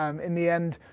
um in the end,